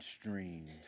streams